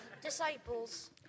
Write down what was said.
Disciples